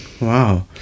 Wow